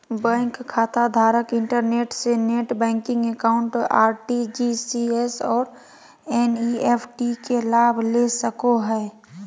bank खाताधारक internet से net banking account, RTGS और एन.इ.एफ.टी के लाभ ले सको हइ